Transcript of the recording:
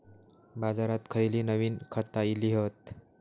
बाजारात खयली नवीन खता इली हत?